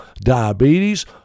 diabetes